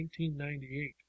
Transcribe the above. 1998